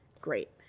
great